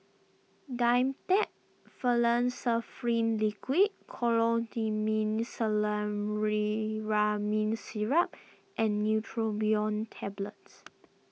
Dimetapp Liquid Syrup and Neurobion Tablets